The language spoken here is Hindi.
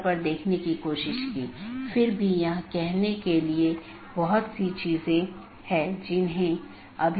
तो इस तरह से मैनाजैबिलिटी बहुत हो सकती है या स्केलेबिलिटी सुगम हो जाती है